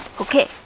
Okay